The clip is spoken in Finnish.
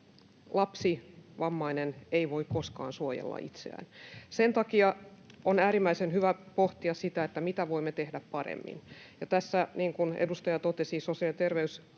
Lapsi, vammainen ei voi koskaan suojella itseään. Sen takia on äärimmäisen hyvä pohtia sitä, mitä voimme tehdä paremmin. Niin kuin edustaja totesi, sosiaali- ja terveysministeriössä